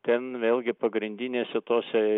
ten vėlgi pagrindinėse tose